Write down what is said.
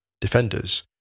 defenders